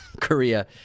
Korea